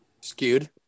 skewed